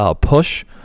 push